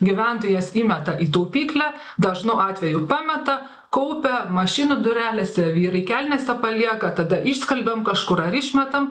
gyventojas įmeta į taupyklę dažnu atveju pameta kaupia mašinų durelėse vyrai kelnėse palieka tada išskalbiam kažkur ar išmetam